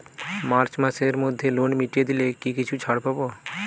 March মাসের মধ্যে loan মিটিয়ে দিলে কি কিছু ছাড় পাব?